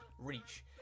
reach